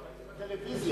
ראיתי בטלוויזיה.